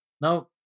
Now